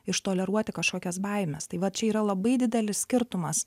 iš toleruoti kažkokias baimes tai va čia yra labai didelis skirtumas